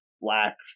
black